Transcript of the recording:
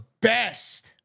Best